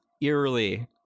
eerily